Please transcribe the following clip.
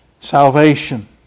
salvation